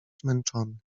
zmęczony